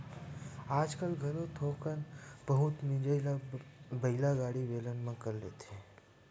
आजकाल घलोक थोक बहुत मिजई ल बइला गाड़ी, बेलन म कर लेथे